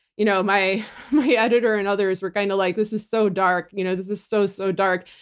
you know my my editor and others were kind of like, this is so dark. you know this is so, so dark.